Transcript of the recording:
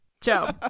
Joe